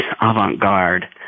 avant-garde